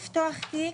תיק,